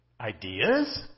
ideas